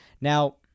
Now